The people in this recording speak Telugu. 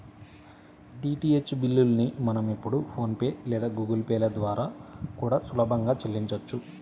డీటీహెచ్ బిల్లుల్ని మనం ఇప్పుడు ఫోన్ పే లేదా గుగుల్ పే ల ద్వారా కూడా సులభంగా చెల్లించొచ్చు